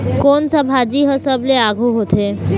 कोन सा भाजी हा सबले आघु होथे?